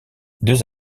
deux